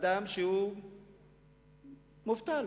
אדם מובטל,